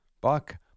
Buck